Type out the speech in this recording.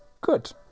good